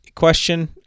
question